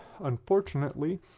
Unfortunately